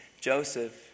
Joseph